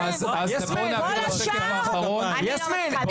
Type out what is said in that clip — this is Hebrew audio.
כל השאר אני לא מסכימה.